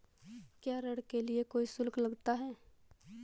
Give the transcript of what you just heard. क्या ऋण के लिए कोई शुल्क लगता है?